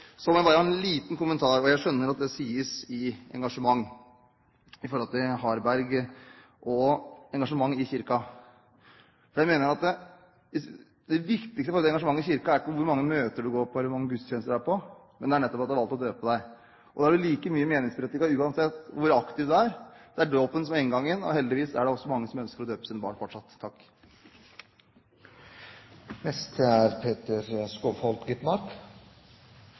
Så må jeg bare komme med en liten kommentar – og jeg skjønner at det sies når en er engasjert – til Harberg om engasjement i Kirken: Jeg mener at det viktigste når det gjelder engasjement i Kirken, er ikke hvor mange møter du går på eller hvor mange gudstjenester du er på, men at du har valgt å døpe deg. Da er du like mye meningsberettiget uansett hvor aktiv du er. Det er dåpen som er inngangen, og heldigvis er det også mange som ønsker å døpe sine barn fortsatt. Det er